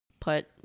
put